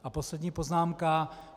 A poslední poznámka.